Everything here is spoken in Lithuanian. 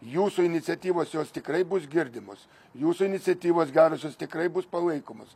jūsų iniciatyvos jos tikrai bus girdimos jūsų iniciatyvos gerosios tikrai bus palaikomas